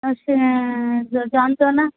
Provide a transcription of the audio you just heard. যন্ত্রণা